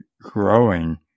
growing